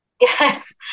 Yes